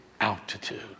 altitude